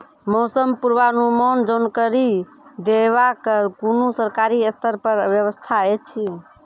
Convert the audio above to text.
मौसम पूर्वानुमान जानकरी देवाक कुनू सरकारी स्तर पर व्यवस्था ऐछि?